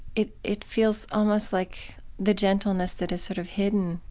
it it feels almost like the gentleness that is sort of hidden,